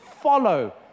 follow